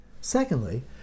Secondly